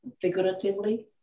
figuratively